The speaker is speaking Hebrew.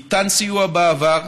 ניתן סיוע בעבר,